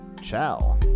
ciao